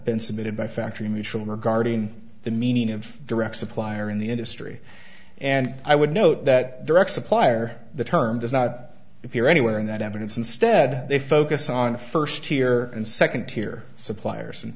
been submitted by factory mitchell regarding the meaning of direct supplier in the industry and i would note that direct supplier the term does not appear anywhere in that evidence instead they focus on the first tier and second tier suppliers and